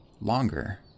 longer